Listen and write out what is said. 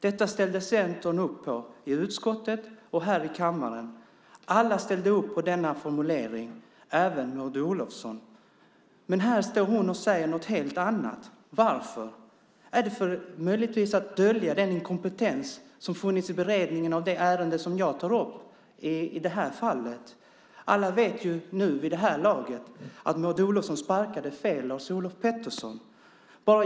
Detta ställde Centern upp på i utskottet och här i kammaren. Alla ställde upp på denna formulering, även Maud Olofsson. Men här står hon och säger något helt annat. Varför? Är det för att dölja den inkompetens som funnits i beredningen av det ärende som jag tagit upp i detta fall? Alla vet vid det här laget att Maud Olofsson sparkade fel Lars-Olof Pettersson.